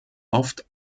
oft